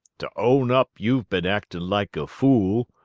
to own up you've been actin' like a fool,